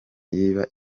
yiba